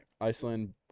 Iceland